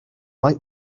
mae